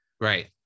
right